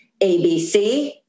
ABC